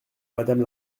madame